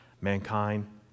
mankind